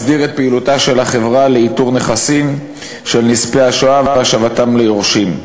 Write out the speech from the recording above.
מסדיר את פעילותה של החברה לאיתור נכסים של נספי השואה והשבתם ליורשים.